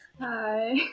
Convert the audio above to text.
hi